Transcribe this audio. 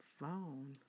Phone